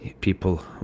people